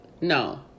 no